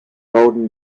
golden